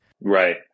right